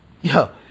yo